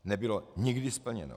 Nebylo nikdy splněno.